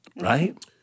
right